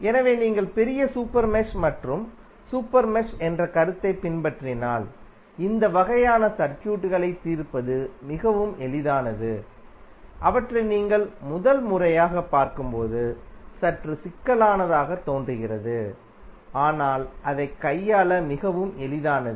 எனவே நீங்கள் பெரிய சூப்பர் மெஷ் மற்றும் சூப்பர் மெஷ் என்ற கருத்தை பின்பற்றினால் இந்த வகையான சர்க்யூட்களை தீர்ப்பது மிகவும் எளிதானது அவற்றை நீங்கள் முதல்முறையாக பார்க்கும்போது சற்று சிக்கலானதாக தோன்றுகிறது ஆனால் அதை கையாள மிகவும் எளிதானது